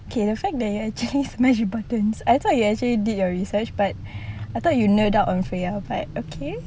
okay the fact that you actually smash buttons I thought you actually did your research but I thought you nailed out on freya but okay